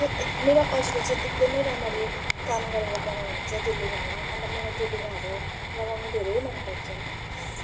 त्यो मेरो अजीले चाहिँ एकदमै राम्ररी काम गरेर बनाउनु हुन्छ त्यो लुगाहरूलाई अन्त मलाई त्यो लुगाहरू लगाउनु धेरै मनपर्छ